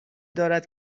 دارد